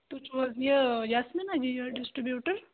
تُہۍ چھُو حظ یہِ یاسمیٖنہ جی یہ ڈِسٹِبیوٗٹَر